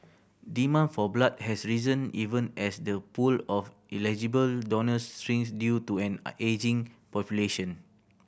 demand for blood has risen even as the pool of eligible donors shrinks due to an a ageing population